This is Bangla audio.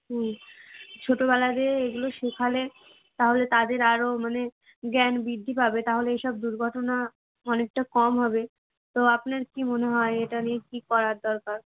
হুম ছোটোবেলা দিয়ে এইগুলো শিখালে তাহলে তাদের আরো মানে জ্ঞান বৃদ্ধি পাবে তাহলে এইসব দুর্ঘটনা অনেকটা কম হবে তো আপনার কি মনে হয় এটা নিয়ে কি করার দরকার